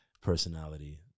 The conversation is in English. personality